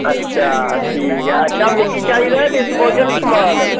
अच्छा ठीक ऐ अच्छा मिगी चाहिदे हे डिस्पोजेबल समान